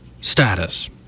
status